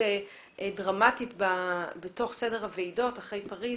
דרמטית בתוך סדר הוועידות אחרי פריז,